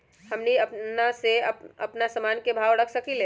हमनी अपना से अपना सामन के भाव न रख सकींले?